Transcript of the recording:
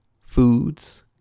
Foods